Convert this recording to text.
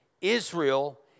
Israel